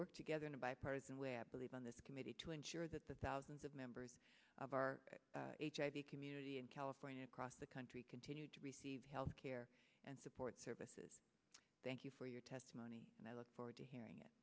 work together in a bipartisan way i believe on this committee to ensure that the thousands of members of our hiv community in california across the country continue to receive health care and support services thank you for your testimony and i look forward to hearing it